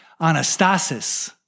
Anastasis